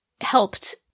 helped